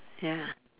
ya